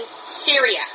Syria